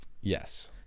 Yes